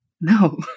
No